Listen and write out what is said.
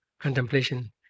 contemplation